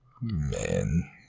Man